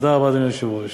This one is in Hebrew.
תודה רבה, אדוני היושב-ראש.